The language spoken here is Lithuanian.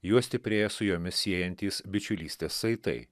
juo stiprėja su jomis siejantys bičiulystės saitai